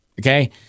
okay